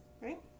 right